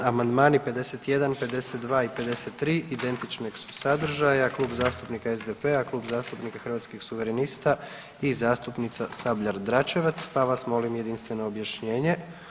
Amandmani 51., 52. i 53. identičnog su sadržaja Klub zastupnika SDP-a, Klub zastupnika Hrvatskih suverenista i zastupnica Sabljar-Dračevac pa vas molim jedinstveno objašnjenje.